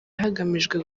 hagamijwe